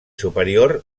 superior